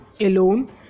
alone